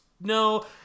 no